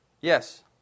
Yes